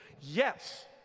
Yes